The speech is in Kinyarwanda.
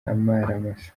amaramasa